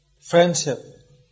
friendship